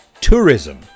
tourism